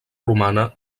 romana